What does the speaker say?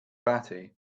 batty